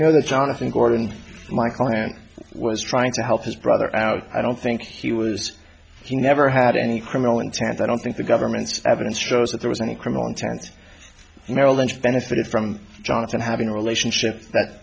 that jonathan gordon my client was trying to help his brother out i don't think he was he never had any criminal intent i don't think the government's evidence shows that there was any criminal intent merrill lynch benefited from johnson having a relationship that